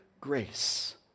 grace